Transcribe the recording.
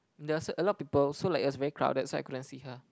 um there's a lot people so like is very crowded so I couldn't see her